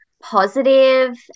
positive